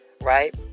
right